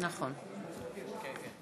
(קוראת בשמות חברי הכנסת)